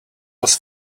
was